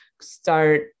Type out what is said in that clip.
start